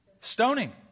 Stoning